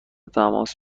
تماس